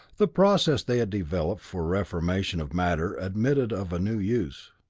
the process they had developed for reformation of matter admitted of a new use.